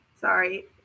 Sorry